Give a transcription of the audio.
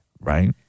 Right